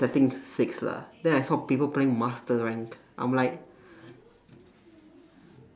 setting six lah then I saw people play master rank I'm like